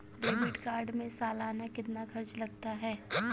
Debit card में सालाना कितना खर्च लगता है?